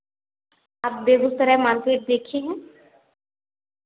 आप बेगूसराय मार्केट देखी हैं